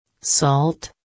Salt